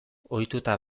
ohituta